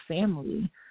family